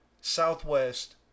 Southwest